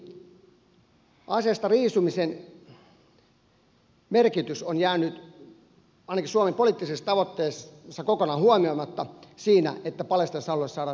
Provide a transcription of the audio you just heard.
kuitenkin aseista riisumisen merkitys on jäänyt ainakin suomen poliittisissa tavoitteissa kokonaan huomioimatta siinä että palestiinalaisalueelle saataisiin rauha